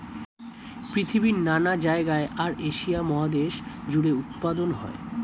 পৃথিবীর নানা জায়গায় আর এশিয়া মহাদেশ জুড়ে উৎপাদন হয়